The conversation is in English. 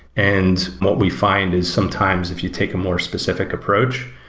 and what we find is sometimes if you take a more specific approach,